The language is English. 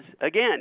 again